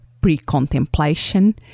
pre-contemplation